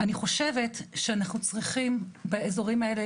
אני חושבת שאנחנו צריכים באזורים האלה